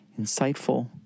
insightful